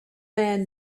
man